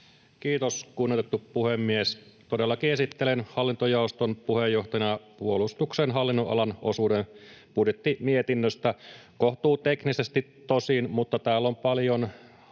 Kiitos, kunnioitettu puhemies! Todellakin esittelen hallintojaoston puheenjohtajana puolustuksen hallinnonalan osuuden budjettimietinnöstä — kohtuuteknisesti tosin, mutta täällä on paljon